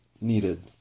needed